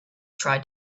tried